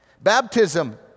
Baptism